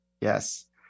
Yes